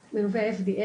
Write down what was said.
שהם מלווי FDA,